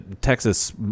Texas